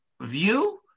view